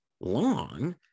long